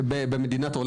יהודי אירופה,